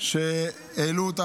כבוד השר,